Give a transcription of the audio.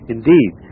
Indeed